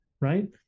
right